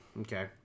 Okay